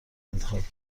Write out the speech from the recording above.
انتخاب